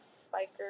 spiker